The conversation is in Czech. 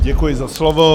Děkuji za slovo.